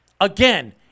again